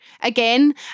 again